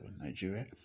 Nigeria